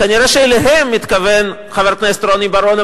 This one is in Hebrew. כנראה אליהם התכוון חבר הכנסת רוני בר-און.